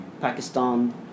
Pakistan